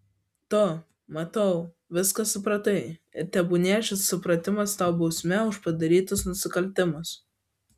tu matau viską supratai ir tebūnie šis supratimas tau bausmė už padarytus nusikaltimus